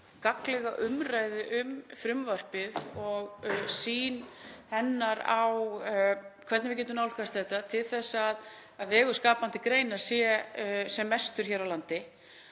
gagnlega umræðu um frumvarpið og sýn hennar á hvernig við getum nálgast þetta til að vegur skapandi greina sé sem mestur hér á landi.